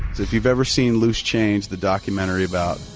if you've ever seen loose change, the documentary about.